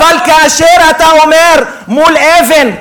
אבל כאשר אתה אומר: מול אבן,